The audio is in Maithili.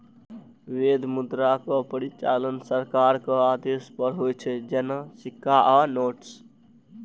वैध मुद्राक परिचालन सरकारक आदेश पर होइ छै, जेना सिक्का आ नोट्स